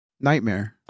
Nightmare